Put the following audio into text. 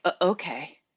okay